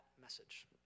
message